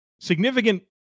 significant